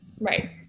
Right